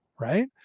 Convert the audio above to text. right